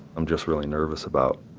i'm just really nervous about